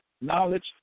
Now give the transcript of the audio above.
knowledge